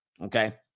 Okay